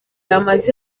amaze